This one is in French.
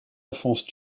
enfance